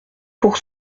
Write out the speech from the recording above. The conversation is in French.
pour